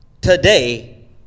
today